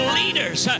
leaders